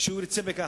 כשהוא ירצה בכך,